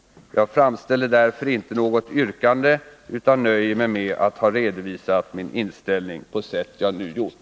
Jag framställer därför inte något yrkande, utan jag nöjer mig med att ha redovisat min inställning på sätt jag nu gjort.